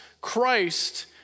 Christ